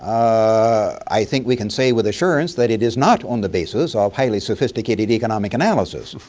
i think we can say with assurance that it is not on the basis of highly sophisticated economic analysis,